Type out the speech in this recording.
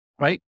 Right